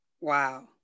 Wow